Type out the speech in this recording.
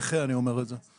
כנכה אני אומר את זה.